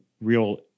real